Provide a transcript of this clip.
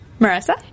Marissa